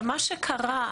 מה שקרה,